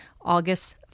August